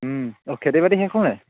অঁ খেতি বাতি শেষ হ'ল নাই